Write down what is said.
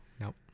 Nope